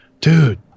dude